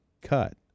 cut